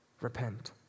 repent